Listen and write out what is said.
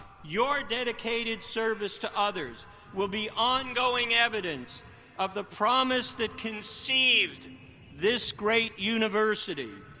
your dedicated service to others will be on-going evidence of the promise that conceived this great university.